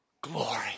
glory